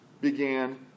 Began